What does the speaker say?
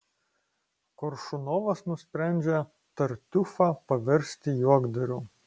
koršunovas nusprendžia tartiufą paversti juokdariu